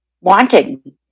wanting